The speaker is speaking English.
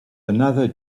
another